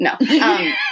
No